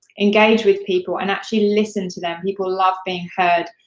engage with people and actually listen to them. people love being heard,